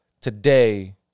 today